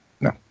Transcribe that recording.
No